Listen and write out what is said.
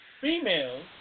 Females